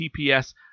TPS